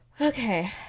Okay